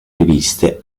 riviste